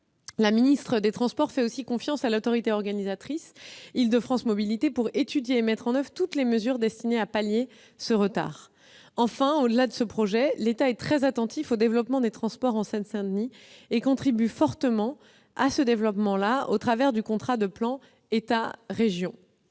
la ministre des transports fait confiance à l'autorité organisatrice, Île-de-France Mobilités, pour étudier et mettre en oeuvre toutes les mesures destinées à pallier ce retard. Enfin, au-delà de ce projet, l'État est très attentif au développement des transports en Seine-Saint-Denis et y contribue fortement au travers du contrat de plan État-région.